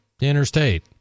interstate